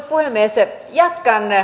puhemies jatkan